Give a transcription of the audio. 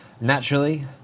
Naturally